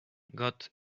got